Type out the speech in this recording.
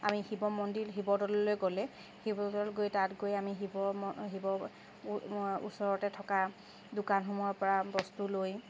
আমি শিৱ মন্দিৰ শিৱদ'ললৈ গ'লে শিৱদ'ল গৈ তাত গৈ আমি শিৱ ওচৰতে থকা দোকানসমূহৰপৰা বস্তু লৈ